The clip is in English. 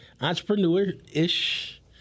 entrepreneur-ish